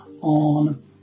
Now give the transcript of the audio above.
on